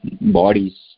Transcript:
bodies